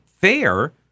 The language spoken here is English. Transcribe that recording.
fair